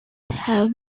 have